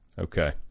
Okay